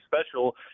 special